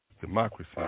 democracy